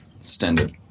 standard